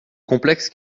complexe